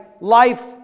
life